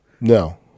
No